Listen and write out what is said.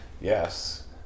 Yes